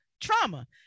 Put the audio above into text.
trauma